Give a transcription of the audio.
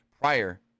prior